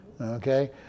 Okay